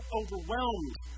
overwhelmed